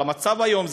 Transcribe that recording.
אבל המצב היום,